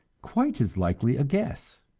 quite as likely a guess.